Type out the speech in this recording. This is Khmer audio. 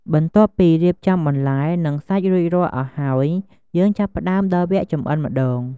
បន្ទាប់ពីរៀបចំបន្លែ និងសាច់រួចរាល់អស់ហើយ យើងចាប់ផ្ដើមដល់វគ្គចម្អិនម្ដង។